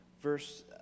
Verse